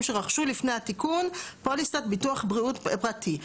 שרכשו לפני התיקון פוליסת ביטוח בריאות פרטי.